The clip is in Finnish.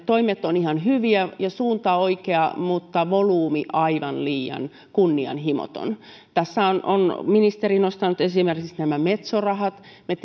toimet ovat ihan hyviä ja suunta oikea mutta volyymi aivan liian kunnianhimoton tässä on on ministeri nostanut esimerkiksi nämä metso rahat me